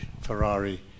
Ferrari